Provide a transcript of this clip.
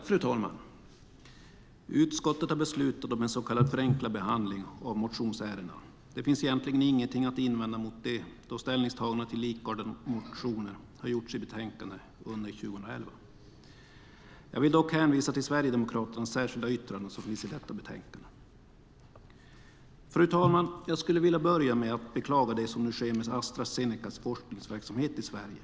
Fru talman! Utskottet har beslutat om en så kallad förenklad behandling av motionsärendena. Det finns egentligen ingenting att invända mot det, då ställningstaganden till likartade motioner har gjorts i betänkanden under 2011. Jag vill dock hänvisa till Sverigedemokraternas särskilda yttrande som finns i detta betänkande. Fru talman! Jag skulle vilja börja med att beklaga det som nu sker med Astra Zenecas forskningsverksamhet i Sverige.